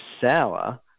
sour